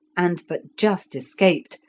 and but just escaped,